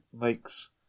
makes